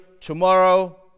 tomorrow